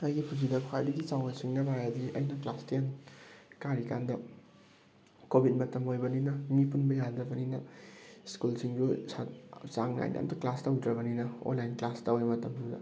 ꯑꯩꯒꯤ ꯄꯨꯟꯁꯤꯗ ꯈ꯭ꯋꯥꯏꯗꯒꯤ ꯆꯥꯎꯅ ꯁꯤꯡꯅꯕ ꯍꯥꯏꯔꯗꯤ ꯑꯩꯅ ꯀ꯭ꯂꯥꯁ ꯇꯦꯟ ꯀꯥꯔꯤꯀꯥꯟꯗ ꯀꯣꯚꯤꯗ ꯃꯇꯝ ꯑꯣꯏꯕꯅꯤꯅ ꯃꯤ ꯄꯨꯟꯕ ꯌꯥꯗꯕꯅꯤꯅ ꯁ꯭ꯀꯨꯜ ꯁꯤꯡꯗꯣ ꯆꯥꯡ ꯅꯥꯏꯅ ꯑꯝꯇ ꯀ꯭ꯂꯥꯁ ꯇꯧꯗ꯭ꯔꯕꯅꯤꯅ ꯑꯣꯟꯂꯥꯏꯟ ꯀ꯭ꯂꯥꯁ ꯇꯧꯋꯦ ꯃꯇꯝꯗꯨꯗ